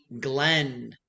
Glenn